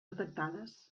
detectades